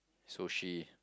sushi